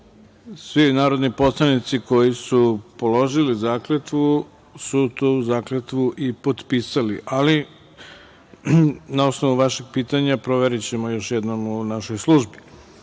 svi narodni poslanici koji su položili zakletvu su tu zakletvu i potpisali. Ali na osnovu vaših pitanja, proverićemo još jednom u našoj službi. Drugo